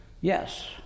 Yes